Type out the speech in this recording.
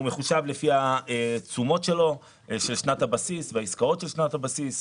מחושב לפי התשומות שלו של שנת הבסיס והעסקאות של שנת הבסיס.